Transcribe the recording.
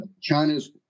China's